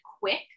quick